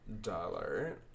Dollar